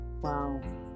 Wow